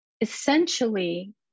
essentially